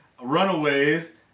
runaways